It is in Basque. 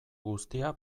guztia